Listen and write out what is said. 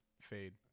fade